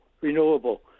renewable